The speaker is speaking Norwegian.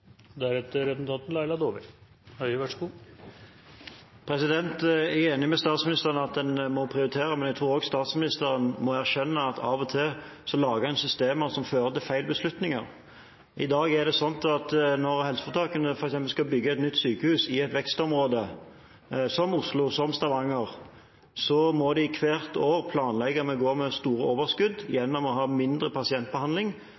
enig med statsministeren i at man må prioritere. Jeg tror også statsministeren må erkjenne at av og til lager man systemer som fører til feil beslutninger. I dag er det slik at når helseforetakene skal bygge nytt sykehus i et vekstområde, som Oslo og Stavanger, må de hvert år planlegge med å gå med store overskudd